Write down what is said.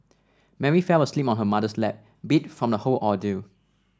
Mary fell asleep on her mother's lap beat from the whole ordeal